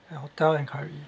uh hotel enquiry